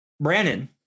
Brandon